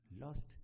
lost